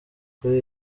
kuri